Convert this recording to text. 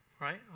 right